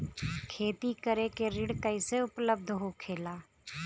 खेती करे के ऋण कैसे उपलब्ध होखेला?